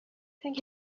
think